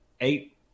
eight